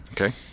Okay